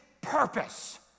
purpose